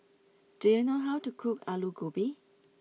do you know how to cook Alu Gobi